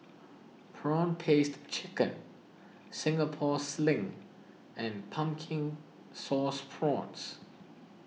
Prawn Paste Chicken Singapore Sling and Pumpkin Sauce Prawns